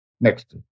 Next